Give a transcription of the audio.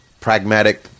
pragmatic